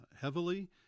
heavily